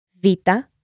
Vita